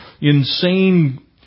insane